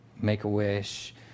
Make-A-Wish